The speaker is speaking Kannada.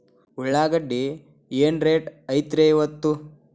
ಉಳ್ಳಾಗಡ್ಡಿ ಏನ್ ರೇಟ್ ಐತ್ರೇ ಇಪ್ಪತ್ತು?